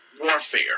warfare